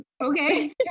okay